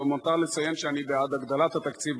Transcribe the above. למותר לציין שאני בעד הגדלת התקציב,